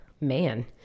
man